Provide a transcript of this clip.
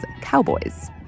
cowboys